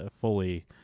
fully